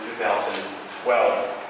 2012